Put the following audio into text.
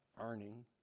earning